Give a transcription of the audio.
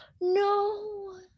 no